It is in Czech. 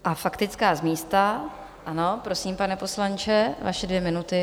A faktická z místa, ano, prosím, pane poslanče, vaše dvě minuty.